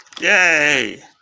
Yay